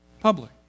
public